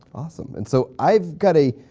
awesome and so i've got a,